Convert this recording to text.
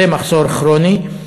זה מחסור כרוני.